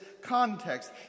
context